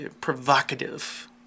provocative